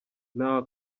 nta